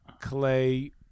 Clay